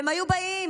הם היו באים,